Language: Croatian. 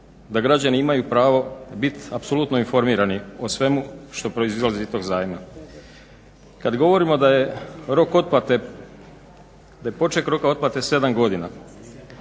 da građani imaju pravo bit apsolutno informirani o svemu što proizlazi iz tog zajma. Kad govorimo da je rok otplate, da